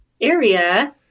area